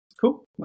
cool